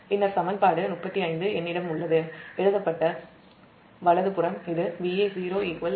பின்னர் சமன்பாடு 35 இது Va0 Va1 3 Zf Ia0 என்னிடம் வலது புறம் எழுதப்பட்டு உள்ளது